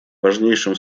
важнейшим